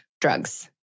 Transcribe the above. drugs